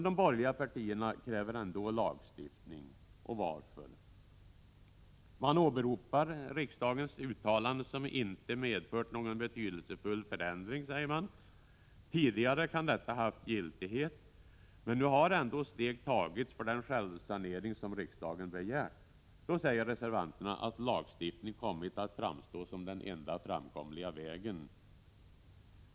De borgerliga partierna kräver ändå lagstiftning. Varför? De åberopar att riksdagens uttalanden inte medfört någon betydelsefull förändring. Tidigare kan detta ha haft giltighet, men nu har ändå steg tagits mot den självsanering som riksdagen begärt. Då säger reservanterna att lagstiftning kommit att framstå som den enda framkomliga vägen.